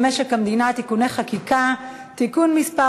המדינה (תיקוני חקיקה) (תיקון מס'